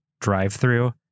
drive-through